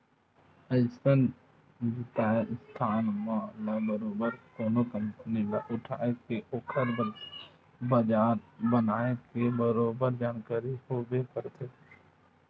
अइसन बित्तीय संस्था मन ल बरोबर कोनो कंपनी ल उठाय के ओखर बजार बनाए के बरोबर जानकारी होबे करथे